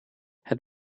het